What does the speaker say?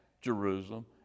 Jerusalem